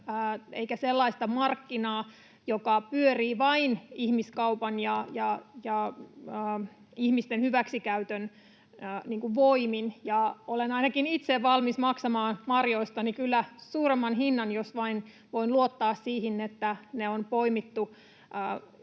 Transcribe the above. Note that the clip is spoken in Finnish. eikä sellaista markkinaa, joka pyörii vain ihmiskaupan ja ihmisten hyväksikäytön voimin. Olen ainakin itse valmis maksamaan marjoistani kyllä suuremman hinnan, jos vain voin luottaa siihen, että ne on poimittu